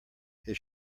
his